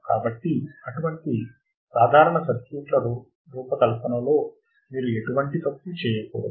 కాబట్టి అటువంటి సాధారణ సర్క్యూట్ల రూపకల్పనలో మీరు ఎటువంటి తప్పు చేయకూడదు